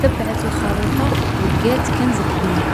تبعت الخريطة و لقات كنز كبير